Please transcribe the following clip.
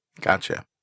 Gotcha